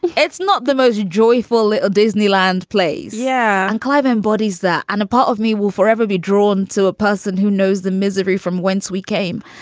it's not the most joyful little disneyland plays. yeah. and clive embodies that. and a part of me will forever be drawn to a person who knows the misery from whence we came.